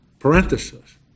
Parenthesis